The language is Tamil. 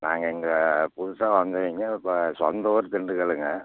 நாங்கள் இங்கே புதுசாக வந்தவங்க இப்போ சொந்த ஊர் திண்டுக்கல்லுங்க